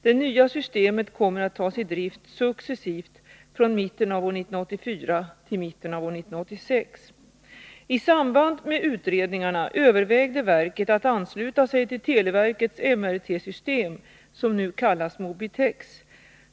Det nya systemet kommer att tas i drift successivt från mitten av år 1984 till mitten av år 1986. I samband med utredningarna övervägde verket att ansluta sig till televerkets MRT-system, som nu kallas Mobitex.